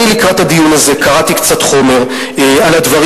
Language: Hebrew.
לקראת הדיון הזה קראתי קצת חומר על הדברים